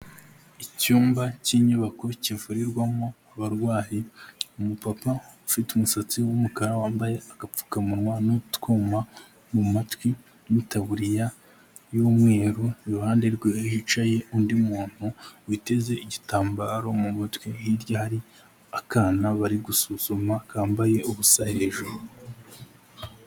Icyumba k'inyubako kivurirwamo abarwayi, umu papa ufite umusatsi w'umukara wambaye agapfukamunwa n'utwuma mu matwi n'itaburiya y'umweru, iruhande rwe hicaye undi muntu witeze igitambaro mu mutwe, hirya hari akana bari gusuzuma kambaye ubusa hejuru.